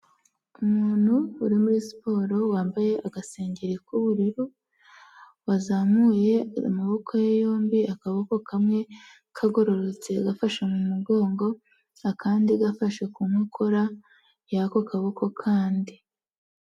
Umuntu uri muri siporo wambaye agasengengeri k'ubururu, wazamuye amaboko ye yombi, akaboko kamwe kagororotse gafashe mu mugongo, akandi gafashe ku nkokora y'ako kaboko kandi.